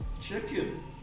chicken